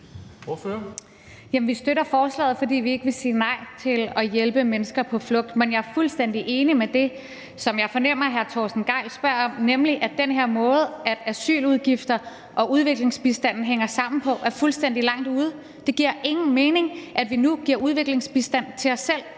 Vi støtter forslaget, fordi vi ikke vil sige nej til at hjælpe mennesker på flugt. Men jeg er fuldstændig enig i det, som jeg fornemmer at hr. Torsten Gejl spørger om, nemlig at den her måde, asyludgifterne og udviklingsbistanden hænger sammen på, er fuldstændig langt ude. Det giver ingen mening, at vi nu giver udviklingsbistand til os selv,